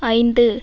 ஐந்து